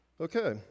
Okay